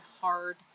hard